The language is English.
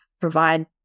provide